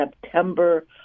September